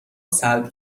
سلب